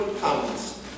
comments